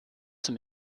zum